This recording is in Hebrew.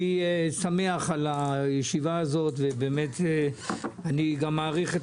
אני שמח על הישיבה הזאת ואני מעריך את